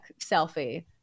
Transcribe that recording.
selfie